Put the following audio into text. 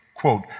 Quote